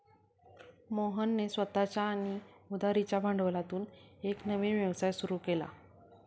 मोहनने स्वतःच्या आणि उधारीच्या भांडवलातून एक नवीन व्यवसाय सुरू केला